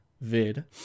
vid